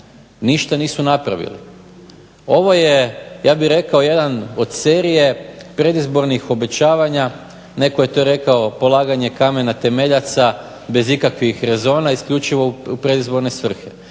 ništa nisu napravili. Ovo je ja bih rekao jedan od serije predizbornih obećavanja, netko je to rekao polaganje kamena temeljaca bez ikakvih rezona isključivo u predizborne svrhe.